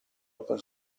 open